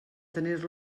tenir